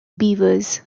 beavers